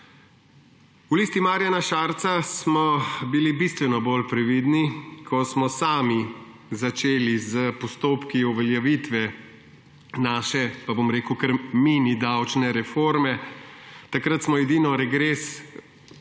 V Listi Marjana Šarca smo bili bistveno bolj previdni, ko smo sami začeli s postopki uveljavitve naše, pa bom rekel kar, mini davčne reforme. Takrat smo edino regres